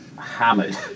hammered